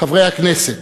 חברי הכנסת,